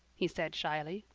he said shyly.